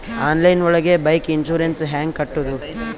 Online ಒಳಗೆ bike insurance ಹ್ಯಾಂಗ್ ಕಟ್ಟುದು?